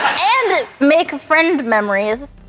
and make friend memories.